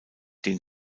den